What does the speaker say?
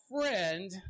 friend